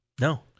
No